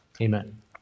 amen